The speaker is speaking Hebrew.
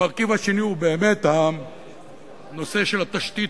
המרכיב השני, הנושא של התשתית